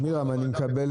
עמירם,